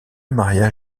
maria